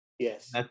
Yes